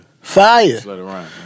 Fire